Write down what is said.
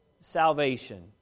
salvation